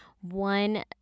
one